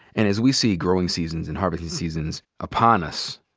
and as we see growing seasons and harvesting seasons upon us,